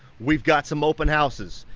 we've got some open houses.